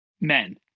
men